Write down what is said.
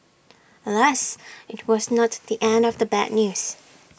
alas IT was not the end of the bad news